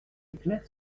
clair